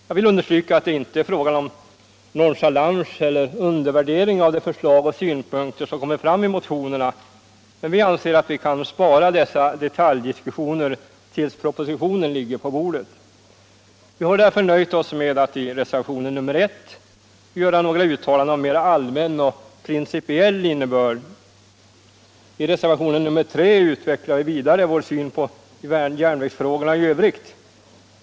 Jag vill understryka att det inte är fråga om nonchalans eller undervärdering av de förslag och synpunkter som kommit fram i motionerna, utan att vi anser att dessa detaljdiskussioner kan sparas tills propositionen ligger på bordet. Vi har därför nöjt oss med att i reservationen nr 1 göra några uttalanden av mera allmän och principiell innebörd. I reservation nr 3 utvecklar vi vår principiella syn på järnvägsfrågorna i Övrigt.